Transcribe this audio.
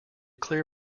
clear